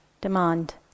demand